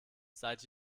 seit